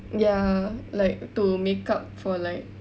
ya like to make up for like